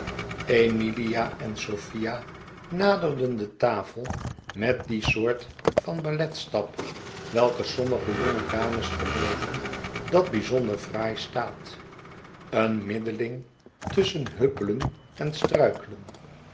emilia en sophia naderden de tafel met die soort van ballet stap welke sommige jonge dames gelooven dat bijzonder fraai staat een middending tusschen huppelen en struikelen